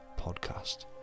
podcast